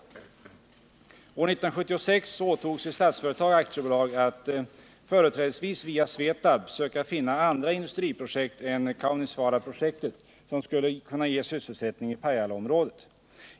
År 1976 åtog sig Statsföretag AB att, företrädesvis via Svetab, söka finna andra industriprojekt än Kaunisvaaraprojektet, som skulle kunna ge sysselsättning i Pajalaområdet.